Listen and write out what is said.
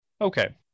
Okay